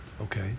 Okay